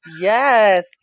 Yes